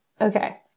okay